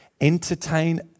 entertain